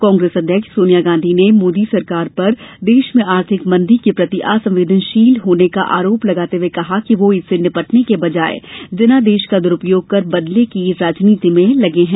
कांग्रेस अध्यक्ष सोनिया गांधी ने मोदी सरकार पर देश में आर्थिक मंदी के प्रति असंवेदनशील होने का आरोप लगाते हुए कहा कि वह इससे निपटने के बजाय जनादेश का दुरूपयोग कर बदले की राजनीति में लगी है